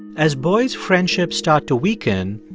as boys' friendships start to weaken,